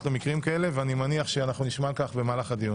למקרים כאלה ואני מניח שנשמע על כך בהמשך הדיון.